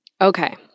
Okay